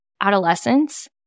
adolescence